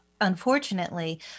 unfortunately